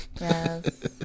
yes